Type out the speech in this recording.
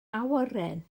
awyren